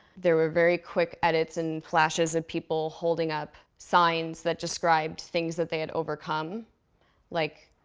there were very quick edits and flashes of people holding up signs that described things that they had overcome like,